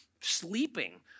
sleeping